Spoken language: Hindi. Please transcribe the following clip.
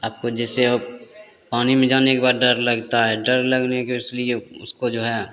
आपको जैसे आप पानी में जाने के बाद डर लगता है डर लगने के इसलिए उसको जो है